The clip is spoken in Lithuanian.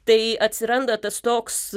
tai atsiranda tas toks